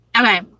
Okay